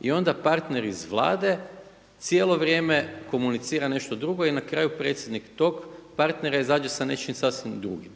i onda partner iz Vlade cijelo vrijeme komunicira nešto drugo i na kraju predsjednik tog partnera izađe sa nečim sasvim drugim,